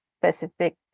specific